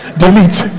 delete